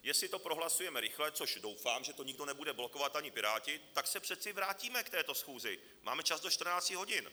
Jestli to prohlasujeme rychle, v což doufám, že to nikdo nebude blokovat, ani Piráti, tak se přece vrátíme k této schůzi, máme čas do 14 hodin.